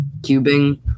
Cubing